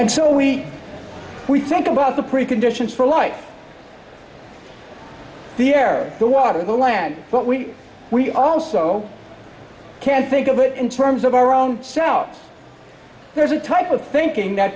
so we think about the preconditions for life the air the water the land but we we also can't think of it in terms of our own selves there's a type of thinking that